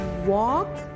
Walk